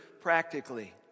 Practically